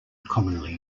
commonly